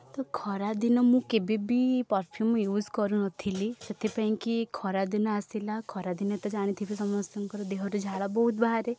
ତ ଖରାଦିନ ମୁଁ କେବେବି ପରଫ୍ୟୁମ୍ ୟୁଜ୍ କରୁନଥିଲି ସେଥିପାଇଁକି ଖରାଦିନ ଆସିଲା ଖରାଦିନେ ତ ଜାଣିଥିବେ ସମସ୍ତଙ୍କର ଦେହରୁ ଝାଳ ବହୁତ ବାହାରେ